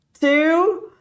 two